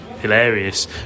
hilarious